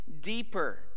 deeper